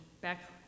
back